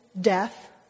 death